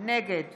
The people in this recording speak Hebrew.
נגד